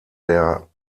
der